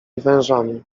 wężami